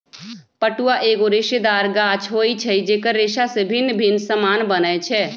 पटुआ एगो रेशेदार गाछ होइ छइ जेकर रेशा से भिन्न भिन्न समान बनै छै